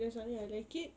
then suddenly I like it